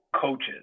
coaches